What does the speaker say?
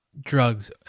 drugs